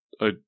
I-